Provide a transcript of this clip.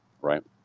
right